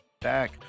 back